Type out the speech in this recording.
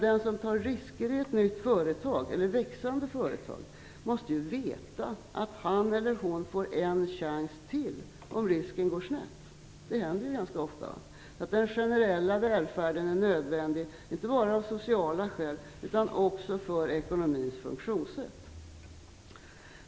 Den som tar risker i ett nytt eller växande företag måste ju veta att han eller hon får en chans till om det går snett, och det händer ju ganska ofta. Den generella välfärden är alltså nödvändig inte bara av sociala skäl utan också med hänsyn till ekonomins funktionssätt.